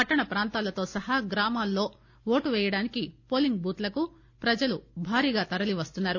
పట్టణ ప్రాంతాలతో సహా గ్రామాల్లో ఓటు పేయడానికి పోలింగ్ బూత్లకు ప్రజలు భారీగా తరలి వస్తున్నారు